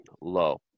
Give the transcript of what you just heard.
Low